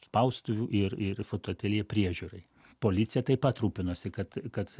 spaustuvių ir ir fotoateljė priežiūrai policija taip pat rūpinosi kad kad